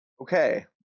Okay